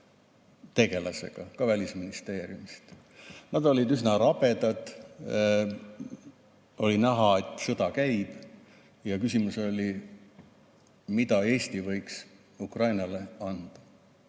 tegelasega, neid oli ka välisministeeriumist. Nad olid üsna rabedad. Oli näha, et sõda käib, ja küsimus oli, mida Eesti võiks Ukrainale anda.